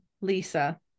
lisa